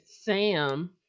Sam